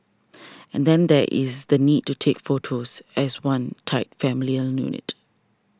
and then there is the need to take photos as one tight familial unit